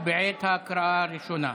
ההקראה הראשונה.